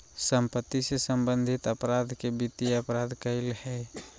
सम्पत्ति से सम्बन्धित अपराध के वित्तीय अपराध कहइ हइ